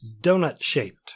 donut-shaped